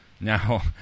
Now